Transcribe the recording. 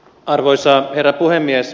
arvoisa herra puhemies